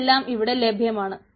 ഇതെല്ലാം ഇവിടെ ലഭ്യമാണ്